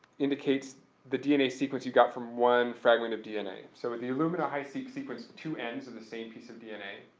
indicates the dna sequence you got from one fragment of dna. so in the illumina hiseq sequence, two ends of the same piece of dna,